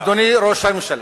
אדוני ראש הממשלה,